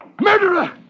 Murderer